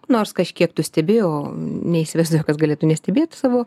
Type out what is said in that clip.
nors kažkiek tu stebi o neįsivaizduoju kas galėtų nestebėt savo